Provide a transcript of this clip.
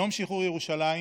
יום שחרור ירושלים